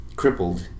Crippled